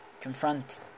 confront